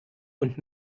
und